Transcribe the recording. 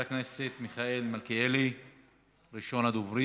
ההצעה עוברת לוועדה המשותפת שעומדת בראשה חברת הכנסת טלי פלוסקוב.